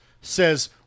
says